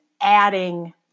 adding